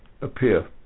appear